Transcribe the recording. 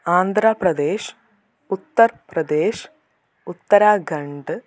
Andhra Pradesh Uttar Pradesh Uttarakhand